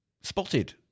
spotted